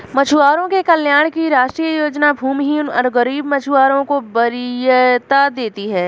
मछुआरों के कल्याण की राष्ट्रीय योजना भूमिहीन और गरीब मछुआरों को वरीयता देती है